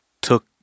took